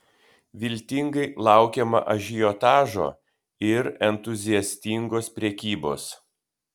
viltingai laukiama ažiotažo ir entuziastingos prekybos